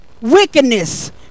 wickedness